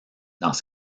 dans